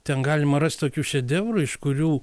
ten galima rast tokių šedevrų iš kurių